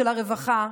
של הרווחה,